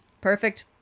perfect